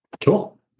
Cool